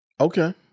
Okay